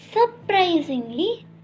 surprisingly